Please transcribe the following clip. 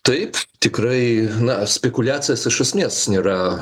taip tikrai na spekuliacijos iš esmės nėra